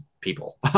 people